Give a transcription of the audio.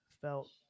felt